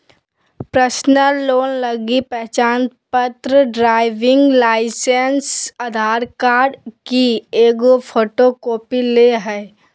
personal loan लगी पहचानपत्र, driving licence, Aadhaar card की एगो फोटोकॉपी ले हइ